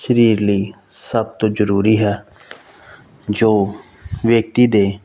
ਸਰੀਰ ਲਈ ਸਭ ਤੋਂ ਜ਼ਰੂਰੀ ਹੈ ਜੋ ਵਿਅਕਤੀ ਦੇ